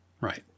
right